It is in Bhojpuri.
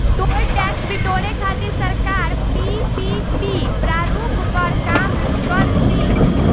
टोल टैक्स बिटोरे खातिर सरकार पीपीपी प्रारूप पर काम कर तीय